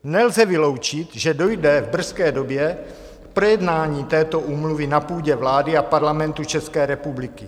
Nelze vyloučit, že dojde v brzké době k projednání této úmluvy na půdě vlády a Parlamentu České republiky.